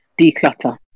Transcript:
declutter